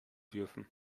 dürfen